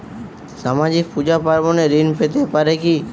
সামাজিক পূজা পার্বণে ঋণ পেতে পারে কি?